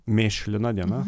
mėšlina diena